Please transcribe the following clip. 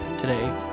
today